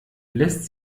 lässt